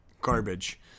Garbage